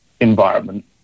environment